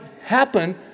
happen